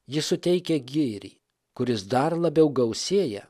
ji suteikia gėrį kuris dar labiau gausėja